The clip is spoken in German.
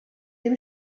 dem